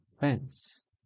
fence